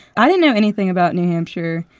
i didn't know anything about new hampshire.